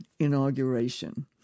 inauguration